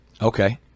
okay